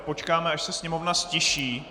Počkáme, až se sněmovna ztiší.